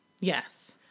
Yes